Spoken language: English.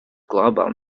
global